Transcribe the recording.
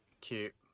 Cute